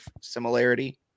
similarity